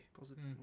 Positive